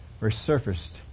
resurfaced